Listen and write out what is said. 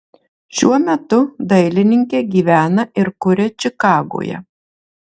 šiuo metu dailininkė gyvena ir kuria čikagoje